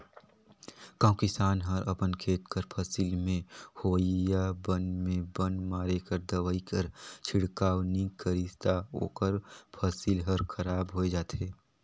कहों किसान हर अपन खेत कर फसिल में होवइया बन में बन मारे कर दवई कर छिड़काव नी करिस ता ओकर फसिल हर खराब होए जाथे